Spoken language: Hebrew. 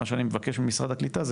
מה שאני מבקש ממשרד הקליטה,